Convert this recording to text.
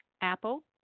Apple